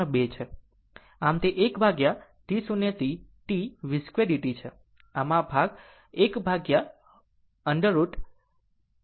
આમ તે 1 ભાગ્યા T0 થી T v2dt છે